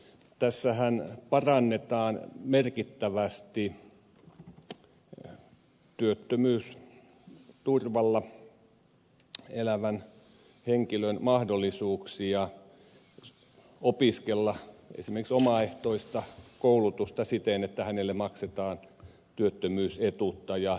tässähän parannetaan merkittävästi työttömyysturvalla elävän henkilön mahdollisuuksia opiskella esimerkiksi omaehtoista koulutusta siten että hänelle maksetaan työttömyysetuutta ja ylläpitokorvausta